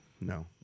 No